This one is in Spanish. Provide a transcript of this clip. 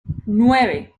nueve